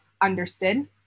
understood